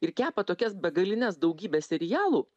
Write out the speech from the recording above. ir kepa tokias begalines daugybę serialų